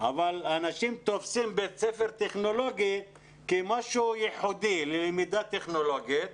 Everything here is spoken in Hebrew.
אבל אנשים תופסים בית ספר טכנולוגי כמשהו ייחודי ללמידה טכנולוגית.